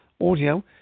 audio